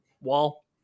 wall